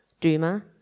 Duma